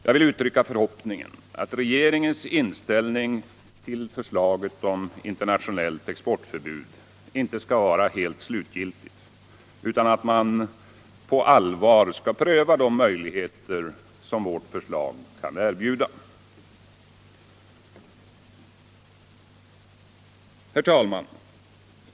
Jag vill uttrycka förhoppningen att regeringens inställning till förslaget om internationellt exportförbud inte skall vara slutgiltigt utan att man på allvar skall pröva de möjligheter som vårt förslag kan erbjuda. Herr talman!